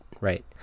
right